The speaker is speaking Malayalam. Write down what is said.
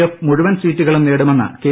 എഫ് മുഴുവൻ സീറ്റുകളും നേടുമെന്ന് കെ